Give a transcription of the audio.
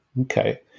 Okay